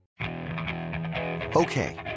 Okay